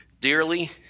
dearly